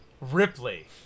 Ripley